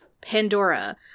Pandora